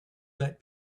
let